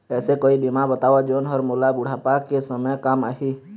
ऐसे कोई बीमा बताव जोन हर मोला बुढ़ापा के समय काम आही?